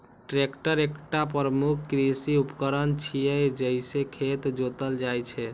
tractor एकटा प्रमुख कृषि उपकरण छियै, जइसे खेत जोतल जाइ छै